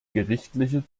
gerichtliche